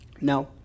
Now